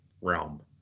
realm